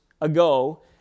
ago